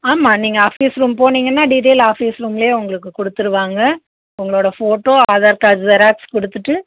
ஆமாம் நீங்கள் office room போனீங்கன்னா டீட்டைல் ஆஃபீஸ் ரூம்லியே உங்களுக்கு கொடுத்துருவாங்க உங்களோட ஃபோட்டோ ஆதார் கார்டு ஜெராக்ஸு கொடுத்துட்டு